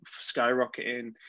skyrocketing